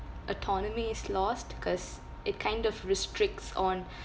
autonomy is lost cause it kind of restricts on